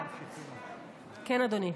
כן, אדוני.